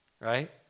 right